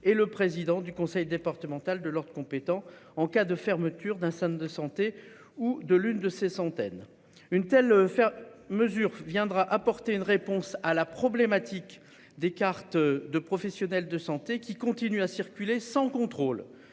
et le président du conseil départemental de l'Ordre compétent en cas de fermeture d'un centre de santé ou de l'une de ces centaines, une telle faire mesure viendra apporter une réponse à la problématique des cartes de professionnels de santé qui continue à circuler sans contrôle